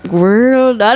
world